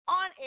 on